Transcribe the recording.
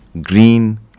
green